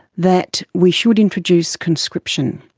that we should introduce conscription.